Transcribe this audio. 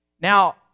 Now